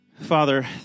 Father